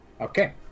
Okay